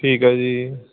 ਠੀਕ ਹੈ ਜੀ